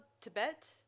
Tibet